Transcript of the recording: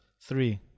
Three